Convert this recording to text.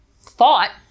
thought